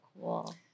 cool